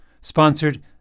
sponsored